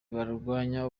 barwanyaga